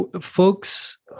Folks